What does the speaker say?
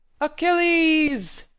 achilles!